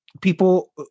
people